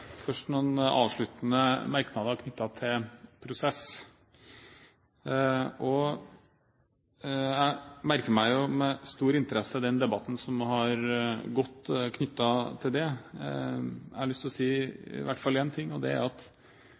Først noen avsluttende merknader knyttet til prosess. Jeg merker meg med stor interesse den debatten som har gått knyttet til det. Jeg har lyst til å si hvert fall én ting, og det er at